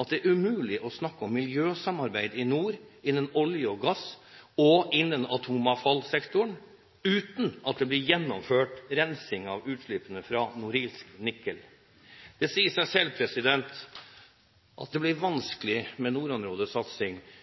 at det er umulig å snakke om miljøsamarbeid i nord innen olje og gass og innen atomavfallsektoren uten at det blir gjennomført rensing av utslippene fra Norilsk Nickel. Det sier seg selv at det blir vanskelig med